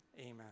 amen